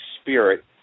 spirit